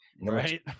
right